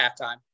halftime